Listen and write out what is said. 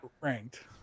ranked